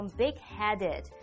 big-headed